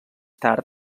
tard